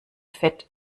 fett